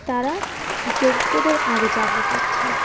তারা যোগ্যদের আগে চাকরি পাচ্ছে